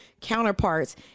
counterparts